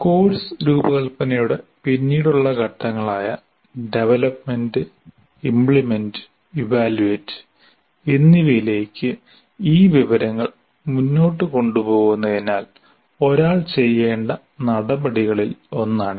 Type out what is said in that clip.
course രൂപകൽപ്പനയുടെ പിന്നീടുള്ള ഘട്ടങ്ങളായ ഡെവലപ്മെന്റ് ഇമ്പ്ലിമെൻറ് ഇവാല്യുവേറ്റ് എന്നിവയിലേക്ക് ഈ വിവരങ്ങൾ മുന്നോട്ട് കൊണ്ടുപോകുന്നതിനാൽ ഒരാൾ ചെയ്യേണ്ട നടപടികളിൽ ഒന്നാണിത്